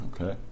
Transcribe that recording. okay